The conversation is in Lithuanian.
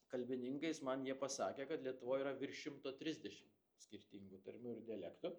kalbininkais man jie pasakė kad lietuvoj yra virš šimto trisdešim skirtingų tarmių ir dialektų